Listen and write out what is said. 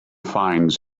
finds